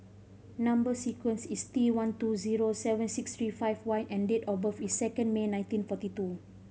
number sequence is T one two zero seven six three five Y and date of birth is second May nineteen forty two